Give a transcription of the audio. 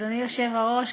אדוני היושב-ראש,